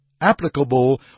applicable